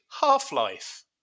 half-life